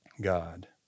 God